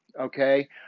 okay